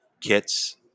kits